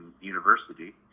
university